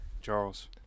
charles